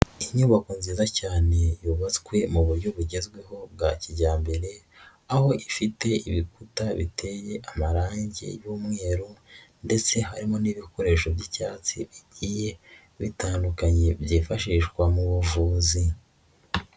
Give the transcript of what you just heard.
Inyubako nziza cyane yubatswe mu buryo bugezweho bwa kijyambere aho ifite ibikuta biteye amarangi y'umweru ndetse harimo n'ibikoresho by'icyatsi bigiye bitandukanye byifashishwa mu buvuzi.